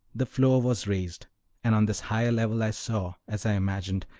the floor was raised and on this higher level i saw, as i imagined,